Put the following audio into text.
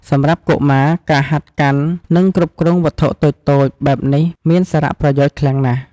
សម្រាប់កុមារ ការហាត់កាន់ និងគ្រប់គ្រងវត្ថុតូចៗបែបនេះមានសារប្រយោជន៍ខ្លាំងណាស់។